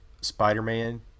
spider-man